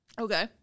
Okay